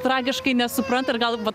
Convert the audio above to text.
tragiškai nesupranta ir gal vat